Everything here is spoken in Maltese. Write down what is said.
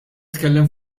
tkellem